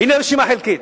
"הנה רשימה חלקית",